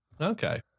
Okay